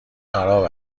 خراب